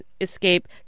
escape